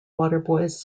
waterboys